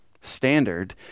standard